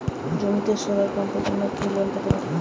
জমিতে সোলার পাম্পের জন্য কি লোন পেতে পারি?